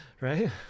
right